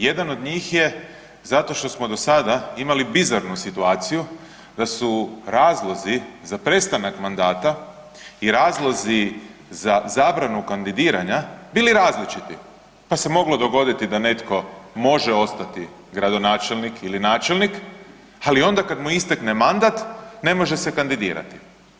Jedan od njih je zato što smo do sada imali bizarnu situaciju da su razlozi za prestanak mandata i razlozi za zabranu kandidiranja bili različiti pa se moglo dogoditi da netko može ostati gradonačelnik ili načelnik, ali onda kad mu istekne mandat ne može se kandidirati.